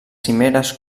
cimeres